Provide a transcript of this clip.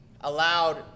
Allowed